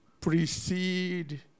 precede